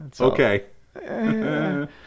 Okay